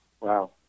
Wow